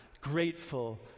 grateful